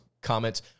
comments